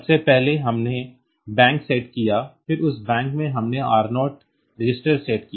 सबसे पहले हमने बैंक सेट किया फिर उस बैंक में हमने R0 रजिस्टर सेट किया